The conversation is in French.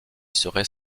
serait